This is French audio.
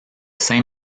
saint